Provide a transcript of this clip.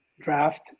draft